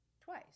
twice